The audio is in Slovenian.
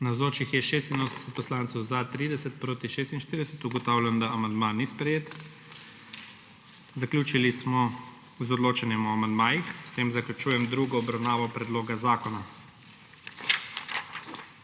44. (Za je glasovalo 42.) (Proti 44.) Ugotavljam, da amandma ni sprejet. Zaključili smo z odločanjem o amandmaju. S tem zaključujem drugo obravnavo predloga zakona.